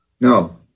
No